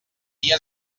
dia